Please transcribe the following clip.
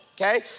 okay